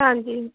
ਹਾਂਜੀ